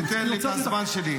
אני מבקש שתיתן לי את הזמן שלי.